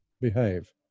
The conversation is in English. behave